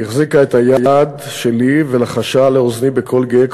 היא החזיקה את היד שלי ולחשה לאוזני בקול גאה,